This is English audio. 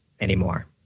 anymore